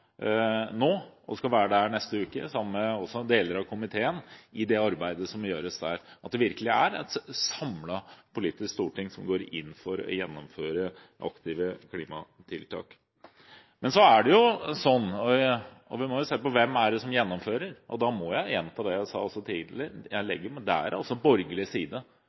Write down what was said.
nå, og skal være der neste uke sammen med deler av komiteen, at det i det arbeidet som gjøres der, virkelig er et politisk samlet storting som går inn for å gjennomføre aktive klimatiltak. Vi må se på hvem det er som gjennomfører, og da må jeg gjenta det jeg sa også tidligere: Det er borgerlig side